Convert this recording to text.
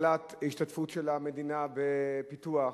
הגדלת ההשתתפות של המדינה בפיתוח,